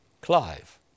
Clive